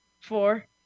four